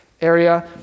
area